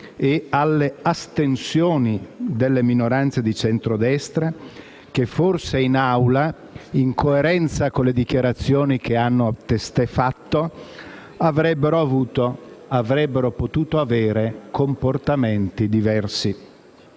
e alle astensioni delle minoranze di centrodestra, che forse in Assemblea, in coerenza con le dichiarazioni che hanno testé fatto, avrebbero potuto tenere comportamento diversi.